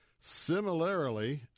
Similarly